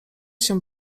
się